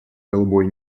голубой